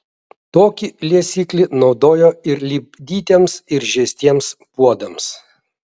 tokį liesiklį naudojo ir lipdytiems ir žiestiems puodams